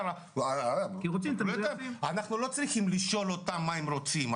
אנחנו לא צריכים לשאול אותם מה הם רוצים,